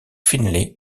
finlay